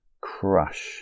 crush